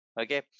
okay